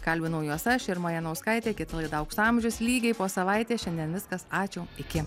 kalbinau juos aš irma janauskaitė kita laida aukso amžius lygiai po savaitės šiandien viskas ačiū iki